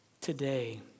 Today